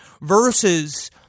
versus –